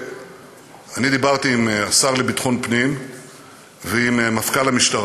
אני דיברתי עם השר לביטחון פנים ועם מפכ"ל המשטרה,